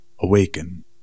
Awaken